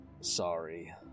Sorry